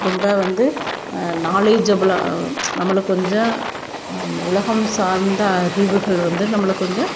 ரொம்ப வந்து நாலேஜபிளாக நம்மள கொஞ்சம் உலகம் சார்ந்த அறிவுகள் வந்து நம்மளுக்கு கொஞ்சம்